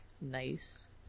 Nice